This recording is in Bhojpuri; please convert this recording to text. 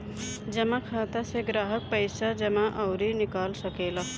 जमा खाता से ग्राहक पईसा जमा अउरी निकाल सकेला